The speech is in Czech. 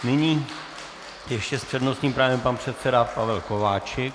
Nyní ještě s přednostním právem pan předseda Pavel Kováčik.